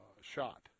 shot